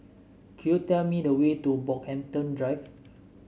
could you tell me the way to Brockhampton Drive